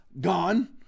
gone